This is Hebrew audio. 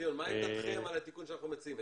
ציון, מה עמדתכם על התיקון שאנחנו מציעים?